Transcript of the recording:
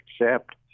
accept